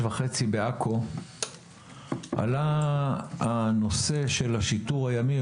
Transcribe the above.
וחצי בעכו עלה הנושא של השיטור הימי,